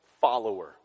follower